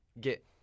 get